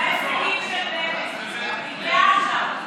אלו ההישגים של בנט, דגלי אש"ף.